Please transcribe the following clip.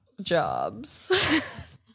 Jobs